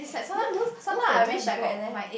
then those those that just grad leh